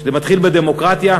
זה מתחיל בדמוקרטיה.